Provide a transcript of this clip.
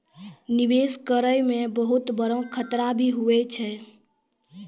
निवेश करै मे बहुत बड़ो खतरा भी हुवै छै